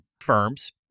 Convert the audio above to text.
Firms